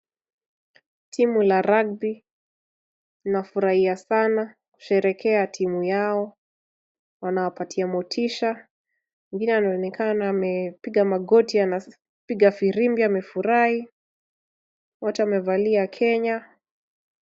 Timu la ragbi linafurahia sana kusherekea timu yao, wanawapatia motisha. Wengine wanaonekana wamepiga magoti wanapiga firimbi, amefurahi. Wote wamevalia Kenya.